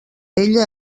ella